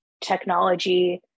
technology